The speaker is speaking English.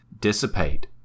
dissipate